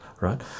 right